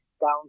down